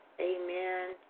Amen